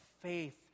faith